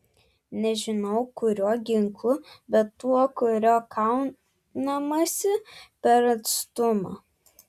nežinojau kuriuo ginklu bet tuo kuriuo kaunamasi per atstumą